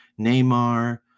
Neymar